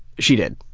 she did.